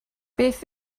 beth